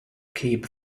keep